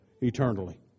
eternally